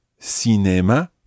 cinéma